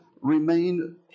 remain